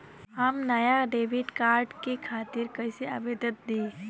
हम नया debit card के खातिर कइसे आवेदन दीं?